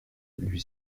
lui